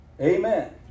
Amen